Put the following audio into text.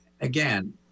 again